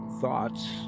thoughts